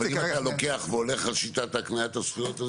אבל אם אתה לוקח והולך על שיטת הקניית הזכויות,